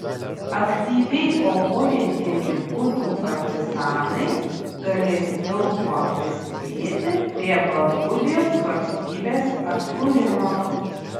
aktyviai kovojantieji gudų partizanai galės daug kuo prisidėti prie baltgudijos valstybės atkūrimo